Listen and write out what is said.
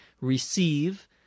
receive